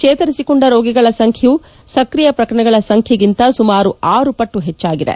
ಚೇತರಿಸಿಕೊಂಡ ರೋಗಿಗಳ ಸಂಖ್ಯೆಯು ಸಕ್ರಿಯ ಪ್ರಕರಣಗಳ ಸಂಖ್ಯೆಗಿಂತ ಸುಮಾರು ಆರು ಪಟ್ಟು ಹೆಚ್ಚಾಗಿದೆ